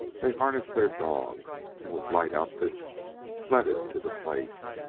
they harnessed their dogs, and with light outfits sledded to the place.